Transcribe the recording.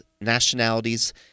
nationalities